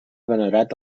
venerat